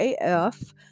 af